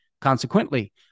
Consequently